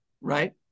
right